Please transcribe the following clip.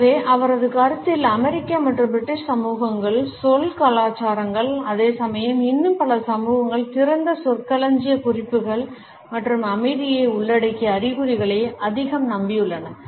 எனவே அவரது கருத்தில் அமெரிக்க மற்றும் பிரிட்டிஷ் சமூகங்கள் சொல் கலாச்சாரங்கள் அதேசமயம் இன்னும் பல சமூகங்கள் திறந்த சொற்களஞ்சிய குறிப்புகள் மற்றும் அமைதியை உள்ளடக்கிய அறிகுறிகளை அதிகம் நம்பியுள்ளன